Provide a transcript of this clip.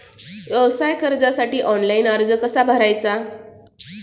व्यवसाय कर्जासाठी ऑनलाइन अर्ज कसा भरायचा?